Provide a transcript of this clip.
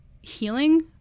healing